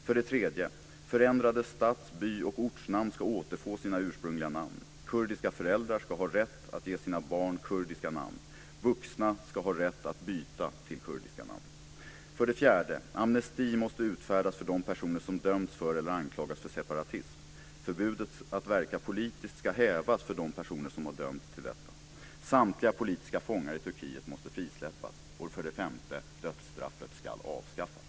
För det tredje: Förändrade stads-, by och ortsnamn ska återgå till de ursprungliga. Kurdiska föräldrar ska ha rätt att ge sina barn kurdiska namn, och vuxna ska ha rätt att byta till kurdiska namn. För det fjärde: Amnesti måste utfärdas för de personer som dömts för eller anklagats för separatism. Förbudet att verka politiskt ska hävas för de personer som är dömda till detta. Samtliga politiska fångar i Turkiet måste frisläppas. För det femte: Dödsstraffet ska avskaffas.